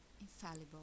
infallible